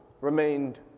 remained